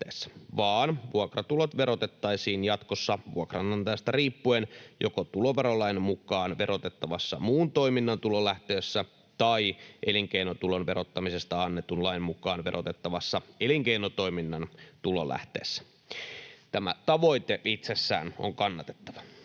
vaan vuokratulot verotettaisiin jatkossa vuokranantajasta riippuen joko tuloverolain mukaan verotettavassa muun toiminnan tulonlähteessä tai elinkeinotulon verottamisesta annetun lain mukaan verotettavassa elinkeinotoiminnan tulonlähteessä. Tämä tavoite itsessään on kannatettava.